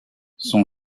son